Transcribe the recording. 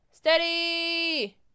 Steady